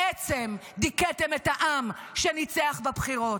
בעצם דיכאתם את העם שניצח בבחירות.